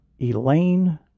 Elaine